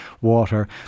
water